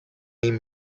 name